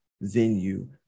venue